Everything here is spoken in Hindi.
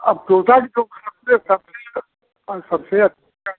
अब टोयटा की तो वो सबसे